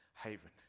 haven